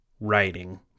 writing